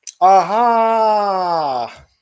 Aha